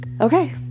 Okay